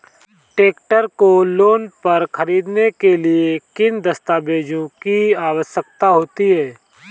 Tractor को loan पर खरीदने के लिए किन दस्तावेज़ों की आवश्यकता होती है?